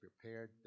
prepared